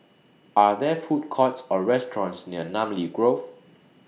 Are There Food Courts Or restaurants near Namly Grove